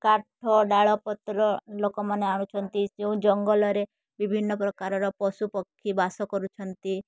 କାଠ ଡାଳ ପତ୍ର ଲୋକମାନେ ଆଣୁଛନ୍ତି ଯେଉଁ ଜଙ୍ଗଲରେ ବିଭିନ୍ନ ପ୍ରକାରର ପଶୁ ପକ୍ଷୀ ବାସ କରୁଛନ୍ତି